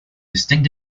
distinct